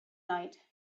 night